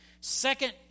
Second